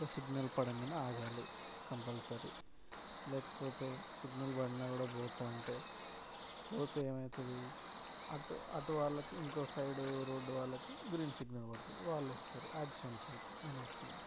ఇంకా సిగ్నల్ పడగానే ఆగాలి కంపల్సరీ లేకపోతే సిగ్నల్ పడినా కూడా పోతా అంటే పోతే ఏమైతుంది అటు అటు వాళ్ళకి ఇంకో సైడ్ రోడ్డు వాళ్లకి గ్రీన్ సిగ్నల్ పడుతుంది వాళ్ళు వస్తారు యాక్సిడెంట్స్ అవుతాయి అనవసరంగా